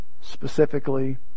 specifically